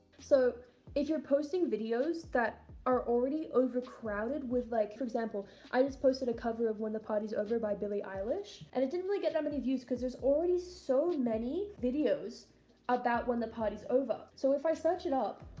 so if you're posting videos that are already overcrowded with like example i just posted a cover of when the party's over by billy eilish and it didn't really get that many views because there's already so many videos about when the party's over so if i search it up